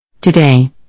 Today